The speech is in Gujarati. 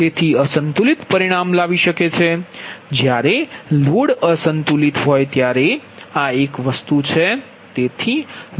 તેથી અસંતુલિત પરિણામ લાવી શકે છે જ્યારે લોડ અસંતુલિત હોય ત્યારે આ એક વસ્તુ છે